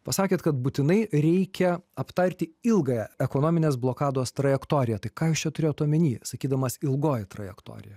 pasakėt kad būtinai reikia aptarti ilgąją ekonominės blokados trajektoriją tai ką jūs čia turėjot omeny sakydamas ilgoji trajektorija